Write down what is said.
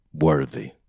worthy